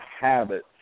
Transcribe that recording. habits